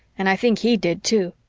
and i think he did, too.